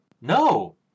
No